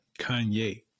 Kanye